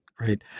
Right